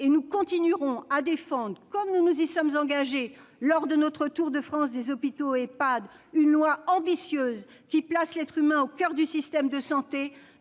et nous continuerons à défendre, comme nous nous y sommes engagés lors de notre tour de France des hôpitaux et des Ehpad, une loi ambitieuse, qui place l'être humain au coeur du système de santé,